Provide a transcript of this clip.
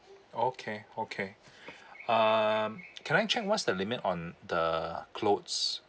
oh okay okay um can I check what's the limit on the clothes